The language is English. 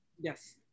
Yes